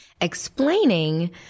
explaining